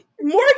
Morgan